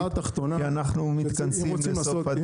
כי אנחנו מתכנסים לסוף הדיון.